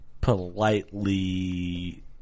politely